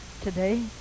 today